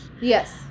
yes